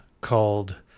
called